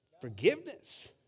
Forgiveness